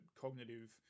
cognitive